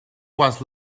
was